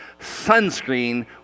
sunscreen